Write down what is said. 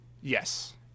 Yes